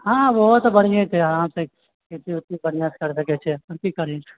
हँ ओहो तऽ बढ़िए छै आरामसे खेती ऊती बढ़िएसे करएके छै अपन